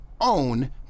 own